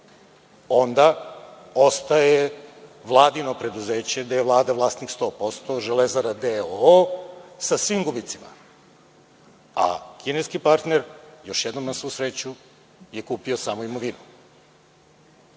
onda ostaje vladino preduzeće, gde je Vlada vlasnik 100%, „Železara d.o.o.“, sa svim gubicima, a kineski partner, još jednom, na svu sreću je kupio samo imovinu.